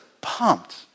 pumped